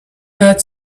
had